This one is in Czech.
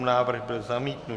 Návrh byl zamítnut.